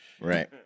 Right